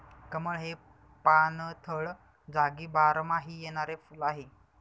कमळ हे पाणथळ जागी बारमाही येणारे फुल आहे